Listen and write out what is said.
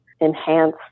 enhance